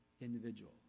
individual